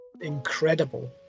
incredible